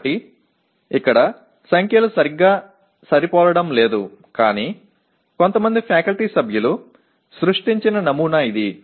కాబట్టి ఇక్కడ సంఖ్యలు సరిగ్గా సరిపోలడం లేదు కాని కొంతమంది ఫ్యాకల్టీ సభ్యులు సృష్టించిన నమూనా ఇది